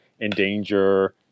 endanger